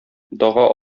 дага